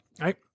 Right